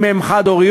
אם הן חד-הוריות,